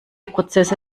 prozesse